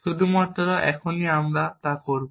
শুধুমাত্র এখনই আমরা করব